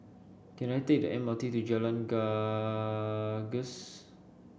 can I take the M R T to Jalan Gagus